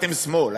אתם שמאל,